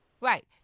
Right